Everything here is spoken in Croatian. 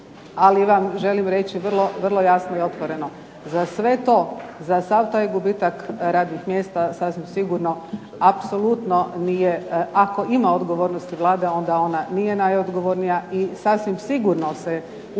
ali vam želim reći vrlo jasno i otvoreno. Za sve to, za sav taj gubitak radnih mjesta sasvim sigurno apsolutno nije ako ima odgovornosti Vlade onda ona nije najodgovornija i sasvim sigurno se u